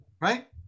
right